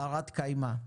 ברת קיימא.